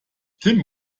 tim